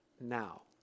now